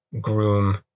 groom